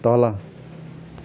तल